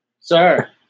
sir